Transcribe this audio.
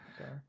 Okay